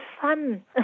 fun